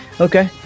Okay